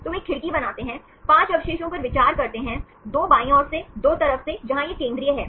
तो वे एक खिड़की बनाते हैं 5 अवशेषों पर विचार करते हैं 2 बाईं ओर से 2 तरफ से जहां यह केंद्रीय है